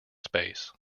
space